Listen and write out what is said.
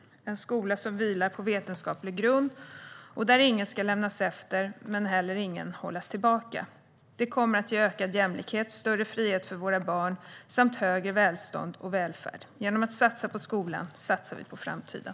Det är en skola som vilar på vetenskaplig grund där ingen ska lämnas efter och ingen hållas tillbaka. Det kommer att ge ökad jämlikhet, större frihet för våra barn samt högre välstånd och välfärd. Genom att satsa på skolan satsar vi på framtiden.